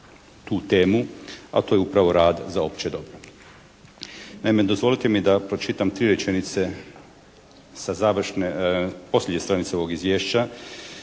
tu temu, a to je upravo rad za opće dobro. Naime, dozvolite mi da pročitam tri rečenice sa završne, posljednje stranice ovog Izvješća.